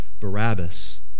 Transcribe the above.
Barabbas